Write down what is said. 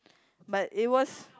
but it was